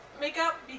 makeup